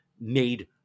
made